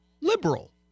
liberal